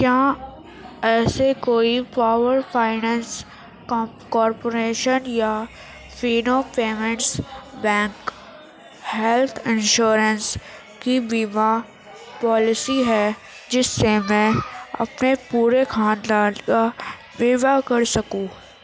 کیا ایسی کوئی پاور فائنانس کارپوریشن یا Fino Payments Bank health insurance کی بیمہ پالیسی ہے جس سے میں اپنے پورے خاندان کا بیمہ کر سکوں